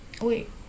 Wait